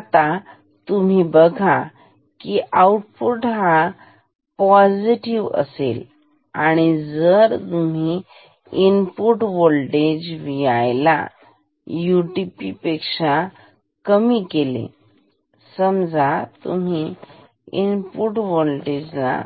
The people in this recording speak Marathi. आता तुम्ही बघा की आउटपुट जर पोसिटीव्ह असेल आणि जर तुम्ही इनपुट व्होल्टेज Vi ला UTP पेक्षा जास्त केले समजा तुम्ही Vi सुरुवातीच्या